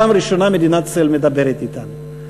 פעם ראשונה מדינת ישראל מדברת אתנו.